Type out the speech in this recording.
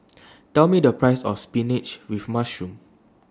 Tell Me The Price of Spinach with Mushroom